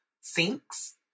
sinks